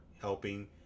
helping